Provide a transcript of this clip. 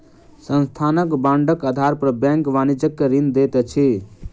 संस्थानक बांडक आधार पर बैंक वाणिज्यक ऋण दैत अछि